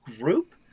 group